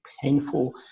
painful